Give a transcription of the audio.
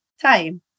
time